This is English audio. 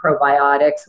probiotics